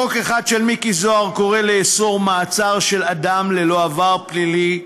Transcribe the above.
חוק אחד של מיקי זוהר קורא לאסור מעצר של אדם ללא עבר פלילי,